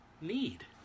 need